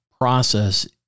process